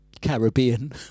Caribbean